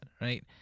right